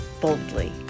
boldly